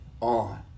on